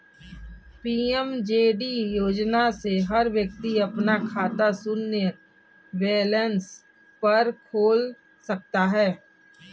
PMJD योजना से हर व्यक्ति अपना खाता शून्य बैलेंस पर खोल सकता है